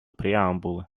преамбулы